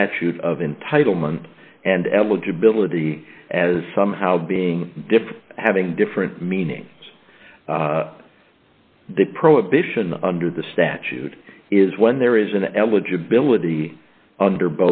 statute of entitlement and eligibility as somehow being different having different meanings the prohibition under the statute is when there is an eligibility under